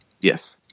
Yes